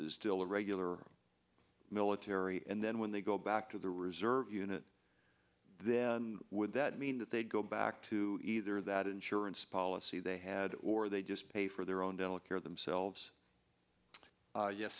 still regular military and then when they go back to the reserve unit then would that mean that they go back to either that insurance policy they had or they just pay for their own dental care themselves